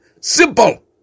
Simple